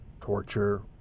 torture